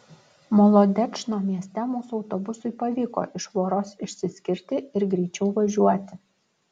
molodečno mieste mūsų autobusui pavyko iš voros išsiskirti ir greičiau važiuoti